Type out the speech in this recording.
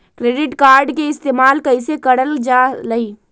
Credit card के इस्तेमाल कईसे करल जा लई?